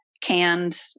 canned